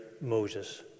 Moses